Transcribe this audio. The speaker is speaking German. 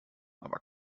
aber